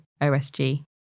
OSG